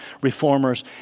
reformers